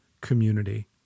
community